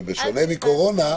ובשונה מקורונה,